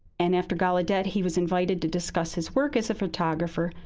and after gallaudet, he was invited to discuss his work as a photographer,